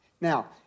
Now